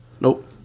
Nope